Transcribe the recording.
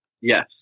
Yes